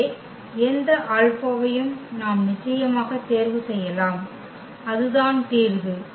எனவே எந்த ஆல்பாவையும் நாம் நிச்சயமாக தேர்வு செய்யலாம் அதுதான் தீர்வு